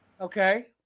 Okay